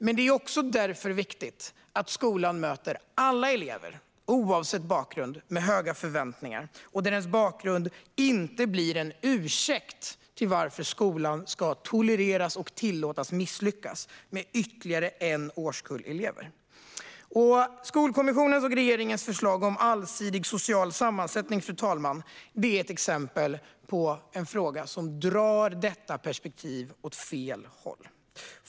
Men därför är det också viktigt att skolan möter alla elever, oavsett bakgrund, med höga förväntningar. Bakgrunden får inte bli en ursäkt för att skolan ska tillåtas att misslyckas med ytterligare en årskull elever. Skolkommissionens och regeringens förslag om allsidig social sammansättning är, fru talman, ett exempel på en fråga som drar perspektivet åt fel håll.